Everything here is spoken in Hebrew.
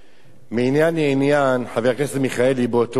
מעניין לעניין, חבר הכנסת מיכאלי, באותו עניין.